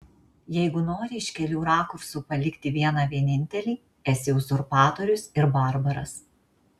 jeigu nori iš kelių rakursų palikti vieną vienintelį esi uzurpatorius ir barbaras